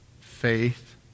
faith